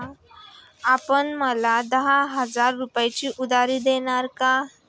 आपण मला दहा हजार रुपये उधार देणार का?